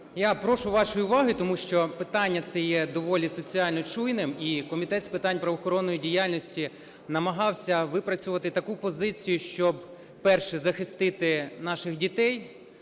Я прошу вашої уваги, тому що питання це є доволі соціально чуйним. І Комітет з питань правоохоронної діяльності намагався випрацювати таку позицію, щоб: перше – захистити наших дітей